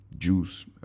juice